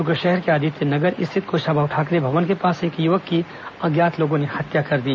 द्र्ग शहर के आदित्य नगर स्थित क्शाभाऊ ठाकरे भवन के पास एक युवक की अज्ञात लोगों ने हत्या कर दी